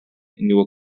you